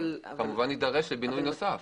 כמובן נידרש לבינוי נוסף.